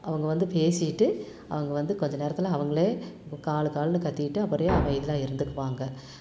அவங்க வந்து பேசிவிட்டு அவங்க வந்து கொஞ்ச நேரத்துலயே அவங்களே காலு காலுன்னு கத்திவிட்டு அப்படியே அமைதியாக இருந்துக்குவாங்க